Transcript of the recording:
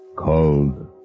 ...called